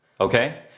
okay